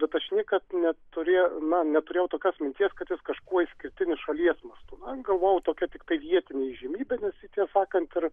bet aš niekad neturėjau na neturėjau tokios minties kad jis kažkuo išskirtinis šalies mastu na galvojau tokia tiktai vietinė įžymybė nes jį tiesą sakant ir